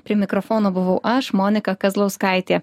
prie mikrofono buvau aš monika kazlauskaitė